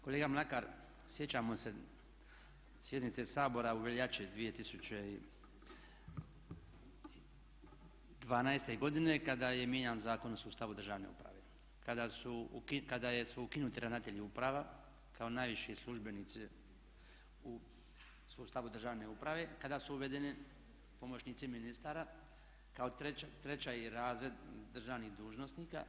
Kolega Mlakar, sjećamo se sjednice Sabora u veljači 2012. godine kada je mijenjan Zakon o sustavu državne uprave, kada su ukinuti ravnatelji uprava kao najviši službenici u sustavu državne uprave, kada su uvedeni pomoćnici ministara kao treći razred državnih dužnosnika.